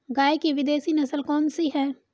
गाय की विदेशी नस्ल कौन सी है?